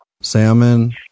Salmon